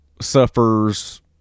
suffers